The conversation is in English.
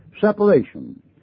separation